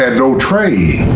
and no trade.